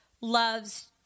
loves